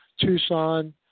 tucson